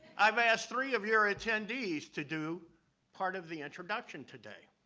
i've asked three of your attendees to do part of the introduction today.